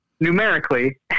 numerically